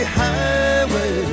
highway